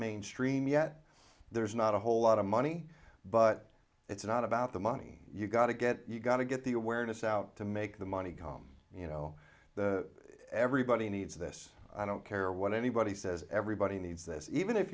mainstream yet there's not a whole lot of money but it's not about the money you've got to get you've got to get the awareness out to make the money come you know the everybody needs this i don't care what anybody says everybody needs this even if